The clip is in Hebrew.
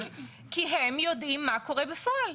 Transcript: כי הם יודעים מה קורה בפועל.